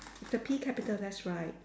with the P capital that's right